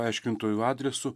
aiškintojų adresu